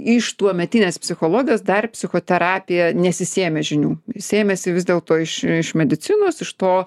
iš tuometinės psichologijos dar psichoterapija nesisėmė žinių sėmėsi vis dėl to iš iš medicinos iš to